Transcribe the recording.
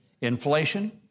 Inflation